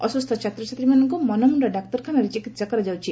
ଅସ୍ସୁସ୍ଥ ଛାତ୍ରଛାତ୍ରୀମାନଙ୍ଙ୍କୁ ମନମୁ ଡାକ୍ତରଖାନାରେ ଚିକିହା କରାଯାଉଛି